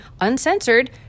uncensored